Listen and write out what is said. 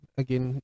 again